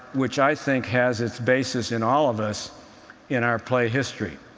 which i think has its basis in all of us in our play history.